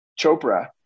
Chopra